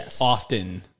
often